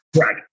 Right